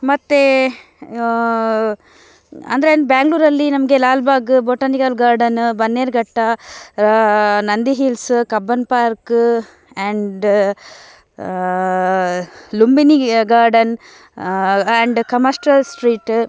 ಮತ್ತು ಅಂದ್ರೇನು ಬ್ಯಾಂಗ್ಳೂರಲ್ಲಿ ನಮಗೆ Lalbagh botanical garden Bannerghatta Nandi hills Cubbon park and Lumbini garden and commercial street